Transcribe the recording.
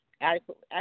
adequately